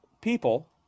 people